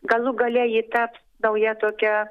galų gale ji taps nauja tokia